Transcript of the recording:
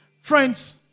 Friends